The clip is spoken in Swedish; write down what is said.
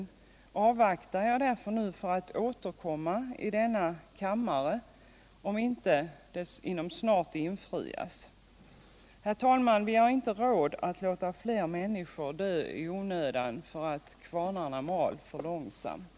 Jag avvaktar därför nu för att återkomma i denna kammare om inte detta inom kort infrias. Vi har inte råd att låta fler människor dö i onödan för att kvarnarna mal för långsamt.